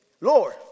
Lord